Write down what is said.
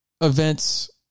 events